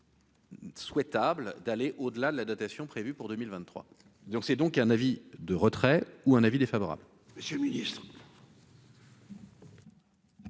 Souhaitable d'aller au-delà de la dotation prévue pour 2023 donc c'est donc un avis de retrait ou un avis défavorable.